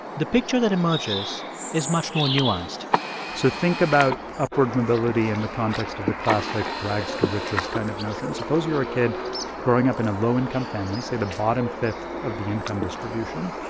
the picture that emerges is much more nuanced so think about upward mobility in the context of the classic rags-to-riches kind of notion. suppose you're a kid growing up in a low-income family, say, the bottom fifth of the income distribution.